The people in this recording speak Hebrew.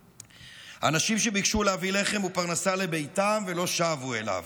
אנשים שביקשו להביא לחם ופרנסה לביתם לא שבו אליו.